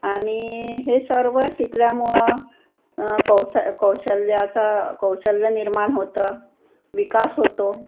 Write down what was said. आणि हे सर्व शिकल्यामुळं कौश कौशल्याचा कौशल्य निर्माण होतं विकास होतो